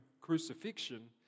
crucifixion